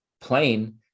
plane